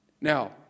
Now